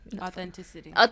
Authenticity